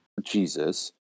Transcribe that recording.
Jesus